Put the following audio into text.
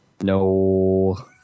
No